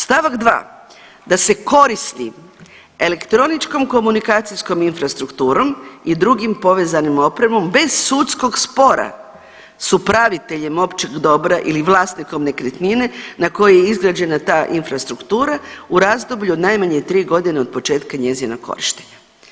Stavak 2. da se koristi elektroničkom komunikacijskom infrastrukturom i drugim povezanom opremom bez sudskog spora s upraviteljem općeg dobra ili vlasnikom nekretnine na kojoj je izgrađena ta infrastruktura u razdoblju od najmanje 3.g. od početka njezina korištenja.